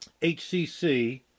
HCC